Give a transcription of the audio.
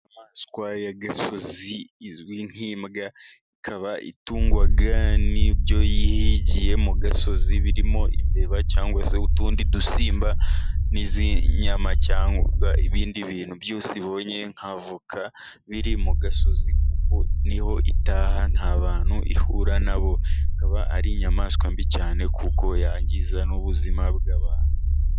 Inyamaswa y'agasozi izwi nk'imbwa, ikaba itungwa n'ibyo yihigiye mu gasozi birimo imbeba, cyangwa se utundi dusimba, n'iz'inyama cyangwa ibindi bintu byose ibonye, nka voka biri mu gasozi, kuko ni ho itaha. Nta bantu ihura na bo, ikaba ari inyamaswa mbi cyane, kuko yangiza n'ubuzima bw'abantu.